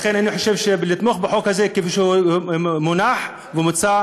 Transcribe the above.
לכן אני חושב שלתמוך בחוק הזה כפי שהוא מונח ומוצע,